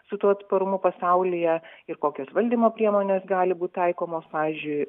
su tuo atsparumu pasaulyje ir kokios valdymo priemonės gali būt taikomos pavyzdžiui